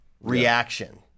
reaction